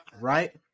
right